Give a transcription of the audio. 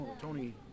Tony